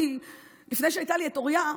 לפני שהייתה לי אוריה,